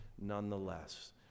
nonetheless